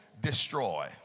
destroy